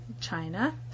China